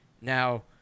Now